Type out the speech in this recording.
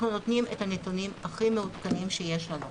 אנחנו נותנים את הנתונים הכי מעודכנים שיש לנו,